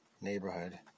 neighborhood